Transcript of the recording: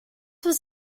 was